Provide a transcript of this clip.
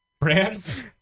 brands